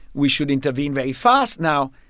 we should intervene very fast now.